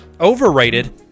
overrated